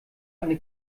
eine